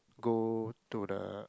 go to the